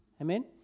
Amen